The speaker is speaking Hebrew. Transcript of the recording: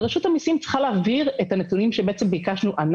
ורשות המיסים צריכה להעביר את הנתונים שביקשנו אנחנו,